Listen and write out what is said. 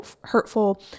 hurtful